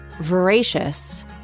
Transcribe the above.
voracious